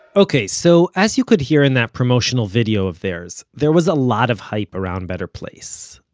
ok, so as you could hear in that promotional video of theirs, there was a lot of hype around better place.